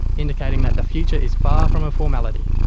indicating that the future is far from a formality.